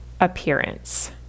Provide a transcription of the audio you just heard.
appearance